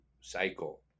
cycle